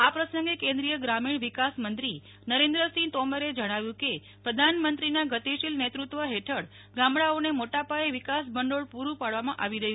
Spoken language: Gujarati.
આ પ્રસંગે કેન્દ્રીય ગ્રામીણ વિકાસમંત્રી નરેન્દ્ર સિંહ તોમરે જણાવ્યું કે પ્રધાનમંત્રીનાં ગતિશીલ નેતૃ ત્વ હેઠળ ગામડાઓને મોટા પાયે વિકાસ ભંડોળ પૂ ડું પાડવામાં આવી રહ્યું